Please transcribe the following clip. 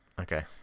Okay